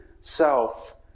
self